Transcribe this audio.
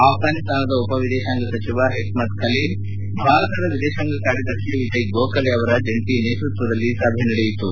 ಆಘಘಾನಿಸ್ತಾನದ ಉಪ ವಿದೇಶಶಾಂಗ ಸಚಿವ ಹೆಕ್ಷತ್ ಖಲಿಲ್ ಕರ್ಜಾಯ್ ಮತ್ತು ಭಾರತದ ವಿದೇಶಾಂಗ ಕಾರ್ಯದರ್ಶಿ ವಿಜಯ್ ಗೋಖಲೆ ಅವರ ಜಂಟಿ ನೇತೃತ್ವದಲ್ಲಿ ಸಭೆ ನಡೆಯಿತು